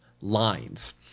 lines